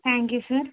thank you sir